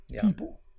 people